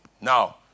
now